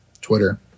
Twitter